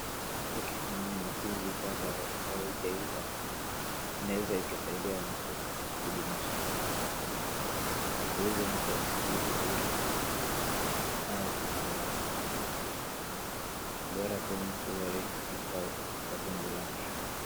Ukitumia ndizi bado haijaiva, inaweza ikasaidia mtu kibinafsi. Iweze mtu hasikii vizuri au kukula, bora tu mtu aeke ikae kwa tumbo lake.